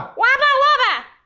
wabba wabba!